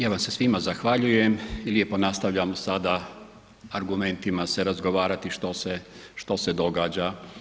Ja vam se svima zahvaljujem i lijepo nastavljam sada argumentima se razgovarati što se događa.